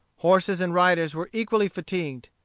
horses and riders were equally fatigued.